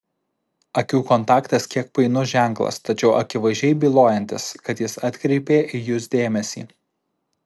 akių kontaktas kiek painus ženklas tačiau akivaizdžiai bylojantis kad jis atkreipė į jus dėmesį